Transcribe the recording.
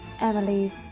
Emily